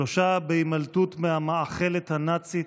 עד שנפטר: שלוש בהימלטות מהמאכלת הנאצית,